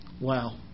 Wow